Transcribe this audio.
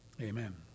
Amen